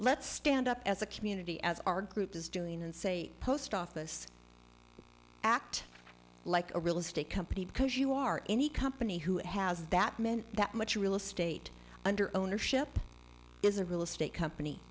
let's stand up as a community as our group is doing and say post office act like a real estate company because you are any company who has that meant that much real estate under ownership is a real estate company